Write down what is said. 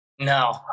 No